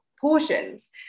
portions